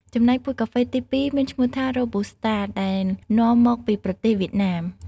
ចំណែក ពូជកាហ្វេទីពីរមានឈ្មោះ Robusta ដែលនាំមកពីប្រទេសវៀតណាម។